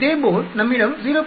இதேபோல் நம்மிடம் 0